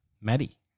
Maddie